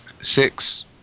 six